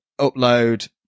upload